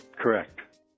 Correct